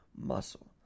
muscle